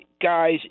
guys